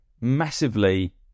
massively